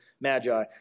magi